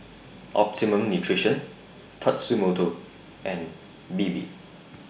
Optimum Nutrition Tatsumoto and Bebe